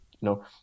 No